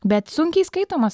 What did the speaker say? bet sunkiai įskaitomas